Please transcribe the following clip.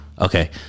Okay